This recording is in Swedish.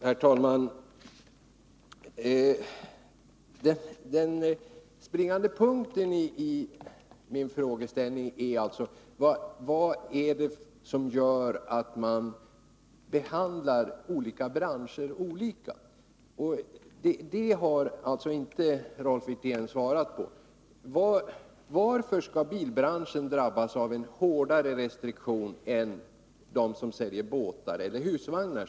Herr talman! Den springande punkten i min frågeställning är: Vad är det som gör att man behandlar olika branscher olika? Den frågan har Rolf Wirtén inte svarat på. Varför skall bilbranschen drabbas av hårdare restriktioner än de branscher som säljer båtar eller husvagnar?